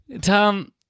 Tom